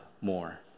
more